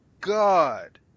God